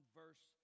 verse